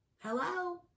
hello